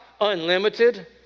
unlimited